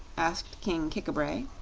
asked king kik-a-bray.